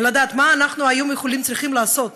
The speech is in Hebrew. ולדעת מה אנחנו צריכים לעשות